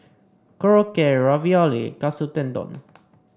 Korokke Ravioli Katsu Tendon